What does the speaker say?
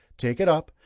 take it up,